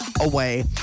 away